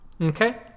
Okay